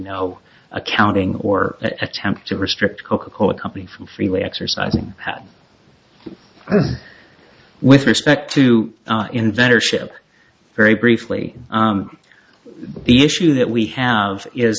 no accounting or attempt to restrict coca cola company from freeway exercising with respect to inventor ship very briefly the issue that we have is